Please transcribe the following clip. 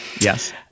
Yes